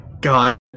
God